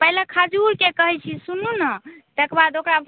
पहले खजूरके कहै छी सुनू ने तकरबाद ओकरा